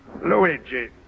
Luigi